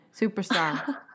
Superstar